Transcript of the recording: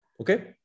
Okay